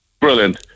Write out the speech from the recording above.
Brilliant